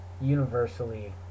universally